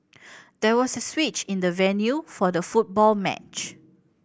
there was a switch in the venue for the football match